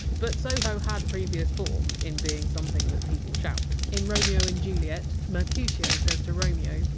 but! soho! had previous form in being something that people shout. in romeo and juliet, mercutio says to romeo!